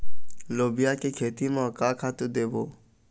लोबिया के खेती म का खातू देबो?